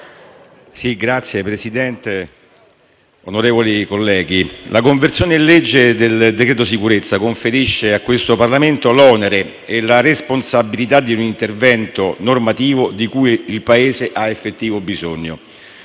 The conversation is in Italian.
generale del disegno di legge n. 840** La conversione in legge del decreto sicurezza conferisce a questo Parlamento l'onere e la responsabilità di un intervento normativo di cui il Paese ha effettivo bisogno: